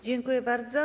Dziękuję bardzo.